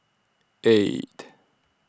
eight